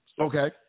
Okay